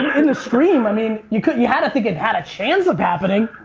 and the stream. i mean you you had to think it had a chance of happening.